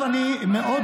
אדוני סגן השר,